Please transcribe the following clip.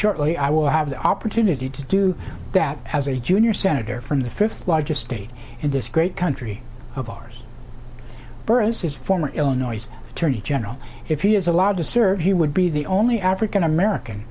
shortly i will have the opportunity to do that as a junior senator from the fifth largest state in this great country of ours burris's former illinois attorney general if he is allowed to serve he would be the only african american